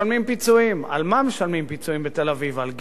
על מה משלמים פיצויים בתל-אביב, על גזל של קרקע?